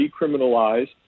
decriminalized